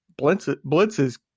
blitzes